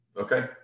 okay